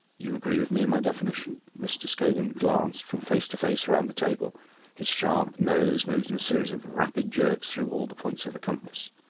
you agree with me in my definition? mr. scogan glanced from face to face round the table his sharp nose moved in a series of rapid jerks through all the points of the compass.